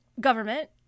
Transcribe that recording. government